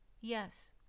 Yes